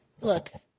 look